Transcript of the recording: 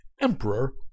Emperor